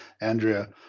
Andrea